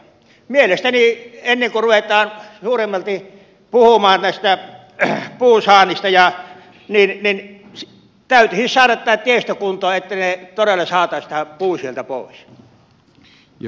mielestäni ennen kuin ruvetaan suuremmalti puhumaan tästä puun saannista täytyisi saada tiestö kuntoon että todella saataisiin se puu sieltä pois